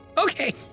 Okay